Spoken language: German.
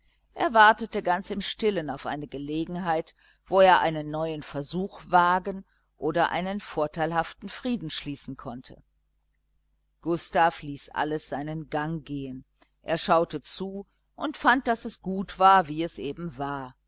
wartete ganz im stillen auf eine gelegenheit wo er einen neuen versuch wagen oder einen vorteilhaften frieden schließen konnte gustav ließ alles seinen gang gehen er schaute zu und fand daß es gut war wie es eben war